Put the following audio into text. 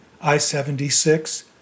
I-76